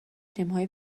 تیمهای